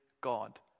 God